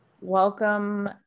welcome